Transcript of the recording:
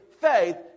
faith